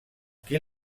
qui